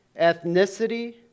ethnicity